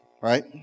Right